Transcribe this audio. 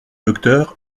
docteur